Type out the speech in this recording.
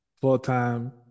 full-time